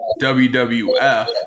WWF